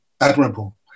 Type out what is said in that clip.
admirable